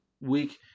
week